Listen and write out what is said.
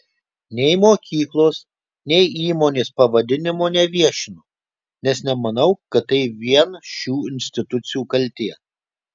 nei mokyklos nei įmonės pavadinimo neviešinu nes nemanau kad tai vien šių institucijų kaltė